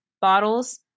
bottles